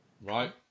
right